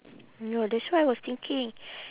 no that's why I was thinking